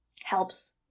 helps